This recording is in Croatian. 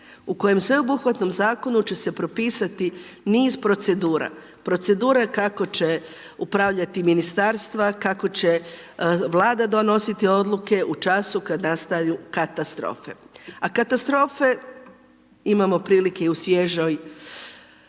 u kojem sveobuhvatnom zakonu će se propisati niz procedura. Procedura kako će upravljati ministarstva, kako će Vlada donositi odluke u času kad nastaju katastrofe. A katastrofe imamo prilike i u svježoj